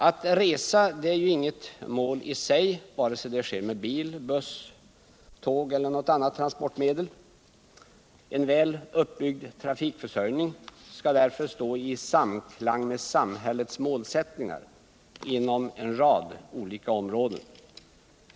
Att resa är inget mål i sig vare sig det sker med bil, buss, tåg eller annat transportmedel. En väl uppbyggd trafikförsörjning skall därför stå i samklang med samhällets målsättningar inom en rad områden.